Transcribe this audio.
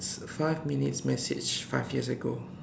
five minutes message five years ago